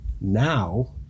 now